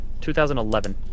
2011